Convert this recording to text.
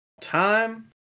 time